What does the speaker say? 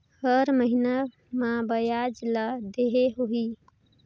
हर महीना मा ब्याज ला देहे होही?